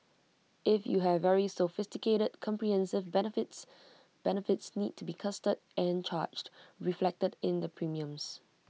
if you have very sophisticated comprehensive benefits benefits need to be costed and charged reflected in the premiums